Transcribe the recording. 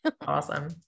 awesome